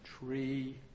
Tree